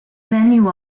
venue